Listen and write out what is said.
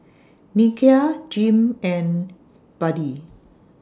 Nikia Jim and Buddie